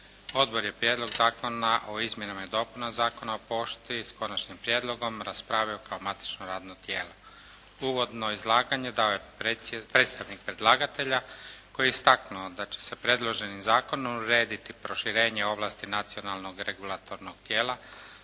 Odbor je Prijedlog zakona o Izmjenama i dopunama Zakona o pošti s Konačnim prijedlogom raspravio kao matično radno tijelo. Uvodno izlaganje dao je predstavnik predlagatelja koji je istaknuo da će se predloženim zakonom urediti proširenje ovlasti nacionalnog regulatornog tijela